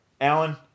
Alan